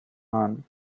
none